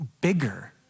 bigger